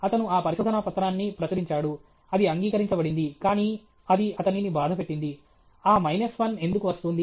అతను ఆ పరిశోధన పత్రాన్ని ప్రచురించాడు ఇది అంగీకరించబడింది కానీ అది అతనిని బాధపెట్టింది ఆ మైనస్ 1 ఎందుకు వస్తోంది